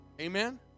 Amen